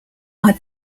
are